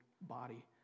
body